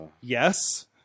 Yes